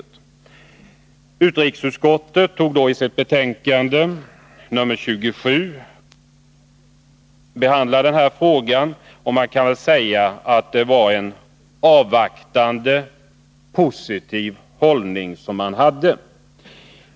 Utrikesutskottet behandlade den frågan i sitt betänkande 1978/79:27, och man kan säga att utskottet intog en avvaktande positiv hållning.